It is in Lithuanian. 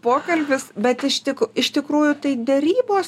pokolbis bet ištik iš tikrųjų tai derybos